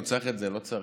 אם צריך את זה או לא צריך.